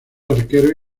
arquero